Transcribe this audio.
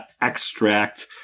extract